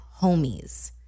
homies